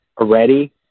already